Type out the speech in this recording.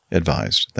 advised